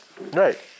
right